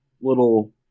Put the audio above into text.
little